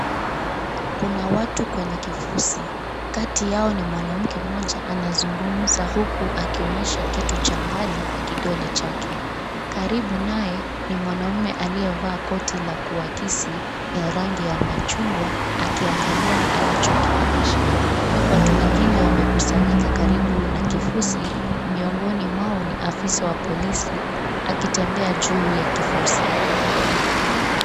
Kuna watu kwenye kifusi , kati yao ni mwanamke mmoja anazungumza huku akionyesha kitu cha mbali kwa kidole chake. Karibu naye ni mwanaume aliyevaa koti la kuwakisi ya rangi ya machungwa, akiangalia anachokionyesha. Watu wengine wamekusanyika karibu na kifusi, miongoni mwao ni afisa wa polisi , akitembea juu ya kifusi.